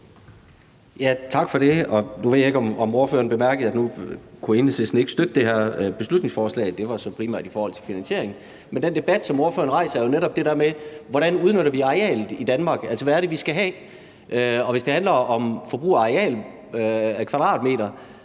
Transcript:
Tak for det. Nu ved jeg ikke, om ordføreren bemærkede, at Enhedslisten ikke kunne støtte det her beslutningsforslag – det var så primært på grund af finansieringen – men den debat, som ordføreren rejser, er jo netop det der med, hvordan vi udnytter arealet i Danmark. Altså, hvad er det, vi skal have? Og hvis det handler om forbrug af kvadratmeter,